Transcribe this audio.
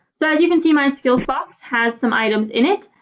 so as you can see my skills box has some items in it.